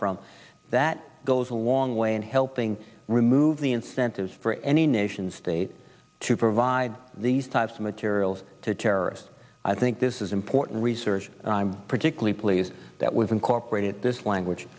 from that goes a long way in helping remove the incentives for any nation state to provide these types of materials to terrorists i think this is important research and i'm particularly pleased that was incorporated this language